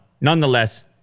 Nonetheless